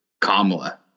Kamala